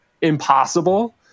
impossible